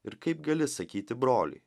ir kaip gali sakyti broli